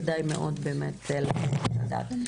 כדאי מאוד באמת לתת על זה את הדעת.